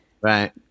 right